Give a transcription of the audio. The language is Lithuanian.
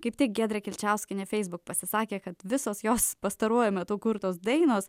kaip tik giedrė kilčiauskienė facebook pasisakė kad visos jos pastaruoju metu kurtos dainos